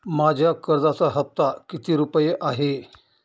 माझ्या कर्जाचा हफ्ता किती रुपये आहे?